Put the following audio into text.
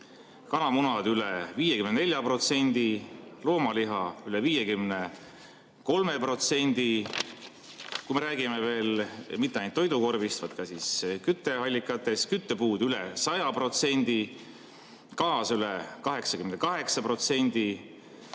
kanamunad üle 54%, loomaliha üle 53%. Kui me räägime veel mitte ainult toidukorvist, vaid ka kütteallikatest, siis küttepuud üle 100%, gaas üle 88%.